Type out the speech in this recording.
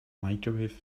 microwave